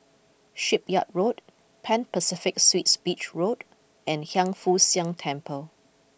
Shipyard Road Pan Pacific Suites Beach Road and Hiang Foo Siang Temple